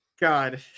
God